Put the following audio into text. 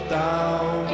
down